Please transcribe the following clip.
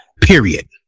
period